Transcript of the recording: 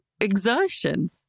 exertion